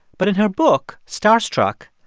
but in her book starstruck,